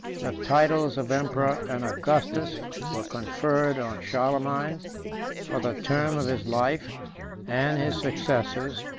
the titles of emperor and augustus were conferred on charlemagne for the term of his life and his successors,